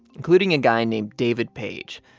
including a guy named david page.